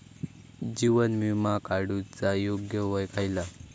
जीवन विमा काडूचा योग्य वय खयला?